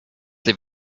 live